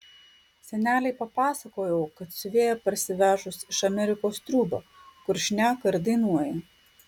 senelei papasakojau kad siuvėja parsivežus iš amerikos triūbą kur šneka ir dainuoja